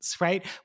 right